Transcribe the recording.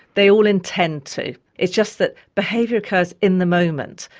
they all intend to. it's just that behaviour occurs in the moment,